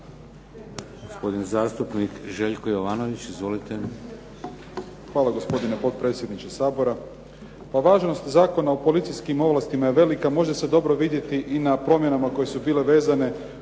Hvala, gospodine potpredsjedniče Sabora.